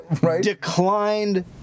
declined